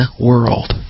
world